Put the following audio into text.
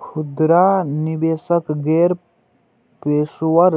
खुदरा निवेशक गैर पेशेवर